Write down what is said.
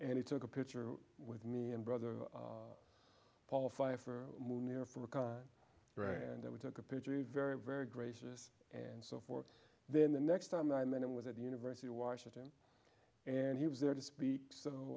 and he took a picture with me and brother qualify for moving here from iran that we took a picture a very very gracious and so forth then the next time i met him was at the university of washington and he was there to speak so